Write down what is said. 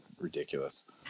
ridiculous